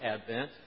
Advent